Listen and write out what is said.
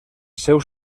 seu